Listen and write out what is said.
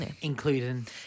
Including